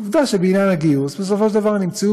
עובדה שבעניין הגיוס בסופו של דבר נמצאו